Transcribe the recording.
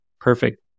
perfect